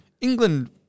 England